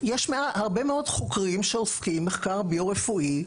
יש הרבה מאוד חוקרים שעוסקים במחקר ביו-רפואי,